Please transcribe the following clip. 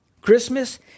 Christmas